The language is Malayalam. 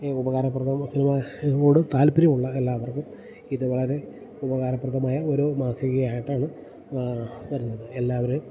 ഈ ഉപകാരപ്രദം സിനിമ സിനിമയോട് താല്പര്യമുള്ള എല്ലാവർക്കും ഇത് വളരെ ഉപകാരപ്രദമായ ഒരു മാസികയായിട്ടാണ് വരുന്നത് എല്ലാവരും